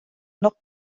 noch